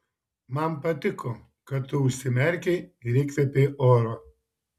man patiko kad tu užsimerkei ir įkvėpei oro